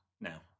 now